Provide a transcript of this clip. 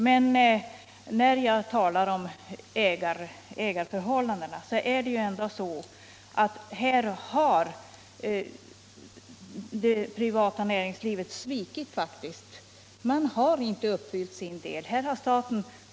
Men när det gäller ägarförhållandena så har faktiskt det privata näringslivet svikit. Man har inte uppfyllt sin del av förpliktelserna.